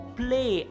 play